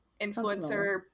influencer